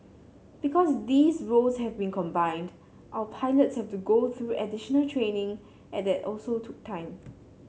because these roles have been combined our pilots have to go through additional training and that also took time